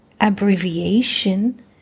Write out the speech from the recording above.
abbreviation